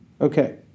Okay